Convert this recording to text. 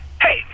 Hey